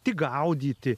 tik gaudyti